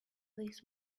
this